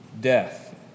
death